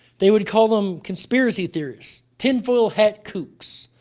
they would call them conspiracy theorists, tinfoil hat kooks,